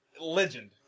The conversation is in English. legend